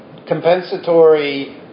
compensatory